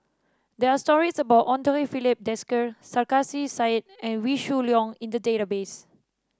there are stories about Andre Filipe Desker Sarkasi Said and Wee Shoo Leong in the database